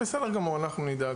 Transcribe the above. בסדר גמור, אנחנו נדאג.